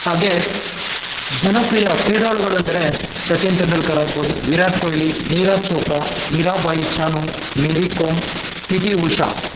ಹಾಗೆ ಜನಪ್ರಿಯ ಕ್ರೀಡಾಳುಗಳು ಎಂದರೆ ಸಚಿನ್ ತೆಂಡುಲ್ಕರ್ ಆಗ್ಬೋದು Virat Kohli Neeraj Chopra Mirabai Chanu Mary Kom P T Usha